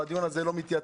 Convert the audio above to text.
אבל הדיון הזה לא מיותר.